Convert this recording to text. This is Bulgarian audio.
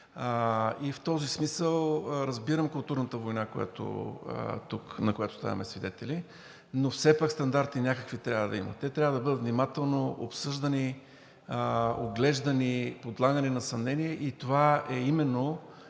И в този смисъл разбирам културната война, на която тук ставаме свидетели, но все пак някакви стандарти трябва да има. Те трябва да бъдат внимателно обсъждани, оглеждани, подлагани на съмнение и това е именно